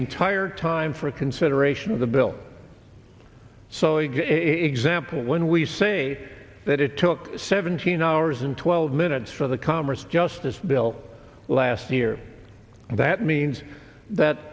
entire time for consideration of the bill so example when we say that it took seventeen hours and twelve minutes for the commerce just this bill last year that means that